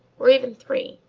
or even three.